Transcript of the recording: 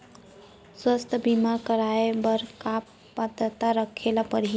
स्वास्थ्य बीमा करवाय बर का पात्रता रखे ल परही?